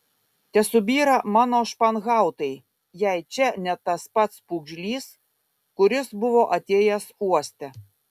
tesubyra mano španhautai jei čia ne tas pats pūgžlys kuris buvo atėjęs uoste